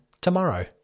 tomorrow